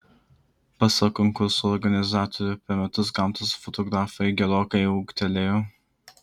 pasak konkurso organizatorių per metus gamtos fotografai gerokai ūgtelėjo